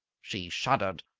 she shuddered.